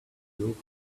look